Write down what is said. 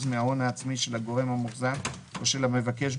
מההון העצמי של הגורם המוחזק או של המבקש,